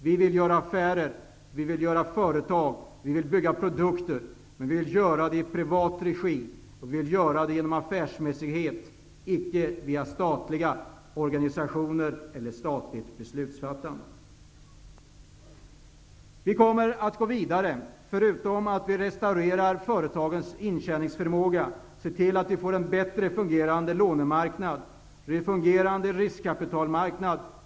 Vi vill göra affärer, vi vill skapa företag, vi vill bygga upp produkter, men det vill vi göra i privat regi, med affärsmässighet och icke via statliga organisationer eller statligt beslutsfattande. Vi kommer att gå vidare. Förutom att vi restaurerar företagens intjänandeförmåga skall vi se till att vi får en bättre fungerande lånemarknad och en fungerande riskkapitalmarknad.